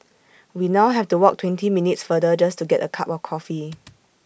we now have to walk twenty minutes farther just to get A cup of coffee